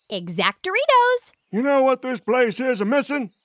exact-oritos you know what this place is a-missing?